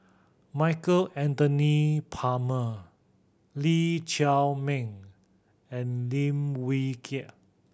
Michael Anthony Palmer Lee Chiaw Meng and Lim Wee Kiak